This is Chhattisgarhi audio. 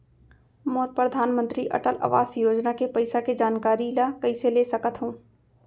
मोर परधानमंतरी अटल आवास योजना के पइसा के जानकारी ल कइसे ले सकत हो?